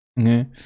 okay